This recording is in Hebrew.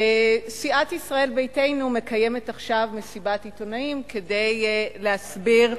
סיעת ישראל ביתנו מקיימת עכשיו מסיבת עיתונאים כדי להסביר,